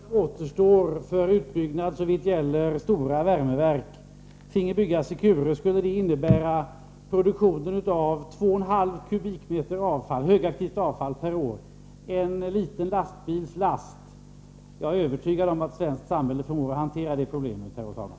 Herr talman! Om de fem kommuner som återstår för utbyggnad såvitt gäller stora värmeverk finge bygga Secure, skulle det innebära produktion av 2,5 m? högaktivt avfall per år — en liten lastbils last. Jag är övertygad om att svenskt samhälle förmår hantera det problemet, herr talman.